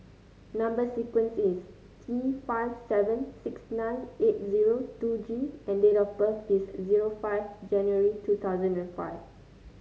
number sequence is T five seven six nine eight zero two G and date of birth is zero five January two thousand and five